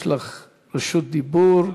יש לך רשות דיבור.